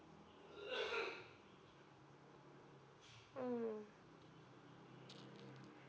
mm